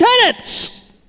tenants